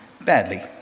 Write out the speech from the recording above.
badly